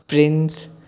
Prince